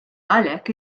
għalhekk